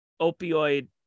opioid